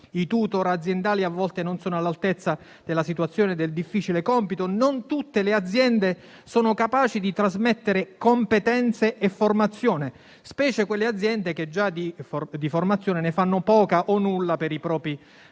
i *tutor* aziendali a volte non sono all'altezza della situazione e del difficile compito; non tutte le aziende sono capaci di trasmettere competenze e formazione, specialmente quelle aziende che già di formazione ne fanno poca o nulla per i propri dipendenti.